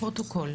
הפרוטוקול.